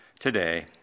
today